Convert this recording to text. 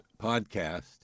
podcast